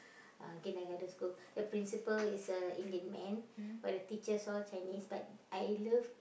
uh kindergarten school the principal is a Indian man but the teachers all Chinese but I love